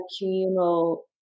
communal